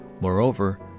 Moreover